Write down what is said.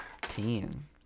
Ten